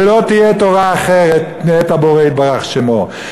ולא תהיה תורה אחרת מאת הבורא יתברך שמו.